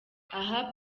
aha